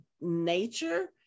nature